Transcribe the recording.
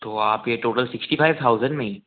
तो आप ये टोटल सिक्स्टी फ़ाइव थाउजेन में ही